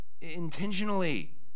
Intentionally